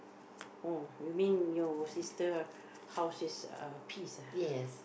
oh you mean your sister house is uh peace ah